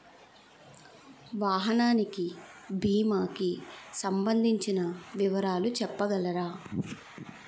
వాహనానికి భీమా కి సంబందించిన వివరాలు చెప్పగలరా?